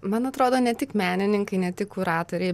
man atrodo ne tik menininkai ne tik kuratoriai